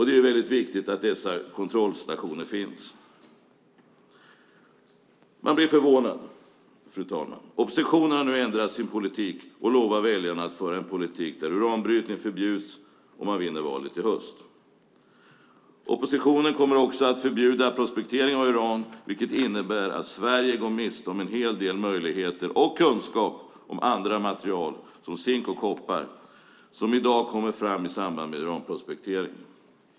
Det är väldigt viktigt att dessa kontrollstationer finns. Fru talman! Man blir förvånad. Oppositionen har nu ändrat sin politik och lovar väljarna att föra en politik där uranbrytning förbjuds om man vinner valet i höst. Oppositionen kommer också att förbjuda prospektering av uran, vilket innebär att Sverige går miste om en hel del möjligheter och kunskap om andra mineral som zink och koppar som i dag kommer fram vid uranprospektering.